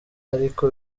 ariko